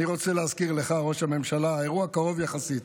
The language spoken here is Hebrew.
אני רוצה להזכיר לך, ראש הממשלה, אירוע קרוב יחסית